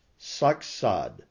Saksad